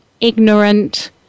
ignorant